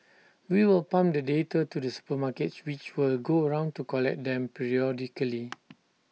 we will pump the data to the supermarkets which will go round to collect them periodically